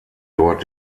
dort